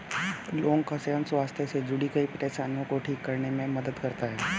लौंग का सेवन स्वास्थ्य से जुड़ीं कई परेशानियों को ठीक करने में मदद करता है